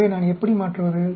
எனவே நான் எப்படி மாற்றுவது